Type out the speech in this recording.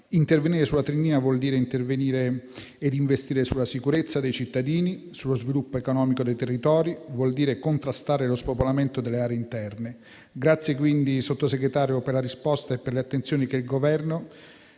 Intervenire sulla Trignina vuol dire intervenire ed investire sulla sicurezza dei cittadini, sullo sviluppo economico dei territori; vuol dire contrastare lo spopolamento delle aree interne. Grazie, quindi, Sottosegretario, per la risposta e per le attenzioni che il Governo